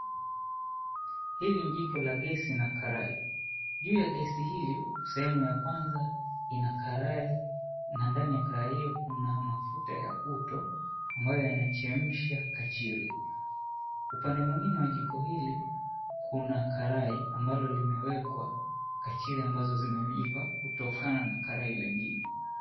Hili ni jiko la gesi na karai. Juu ya gesi hili sehemu ya kwanza ina karai na ndani ya karai hiyo kuna mafuta ya uto ambayo yanachemsha kachili. Upande mwingine wa jiko hili, kuna karai ambalo limewekwa kachili ambazo zimeiva kutokana na karai lingine.